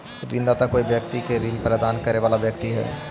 ऋणदाता कोई व्यक्ति के ऋण प्रदान करे वाला व्यक्ति हइ